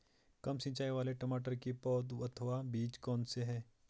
कम सिंचाई वाले टमाटर की पौध अथवा बीज कौन से हैं?